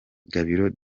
gabiro